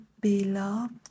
beloved